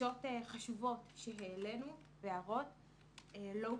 מהבקשות החשובות וההערות שהעלינו לא הוכנסו.